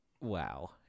Wow